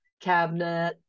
cabinet